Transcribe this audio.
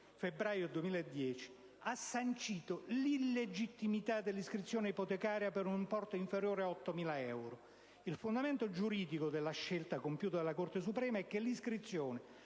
febbraio 2010, ha sancito l'illegittimità dell'iscrizione ipotecaria per un importo inferiore a 8.000 euro. Il fondamento giuridico della scelta compiuta dalla Corte suprema è che l'iscrizione